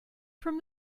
from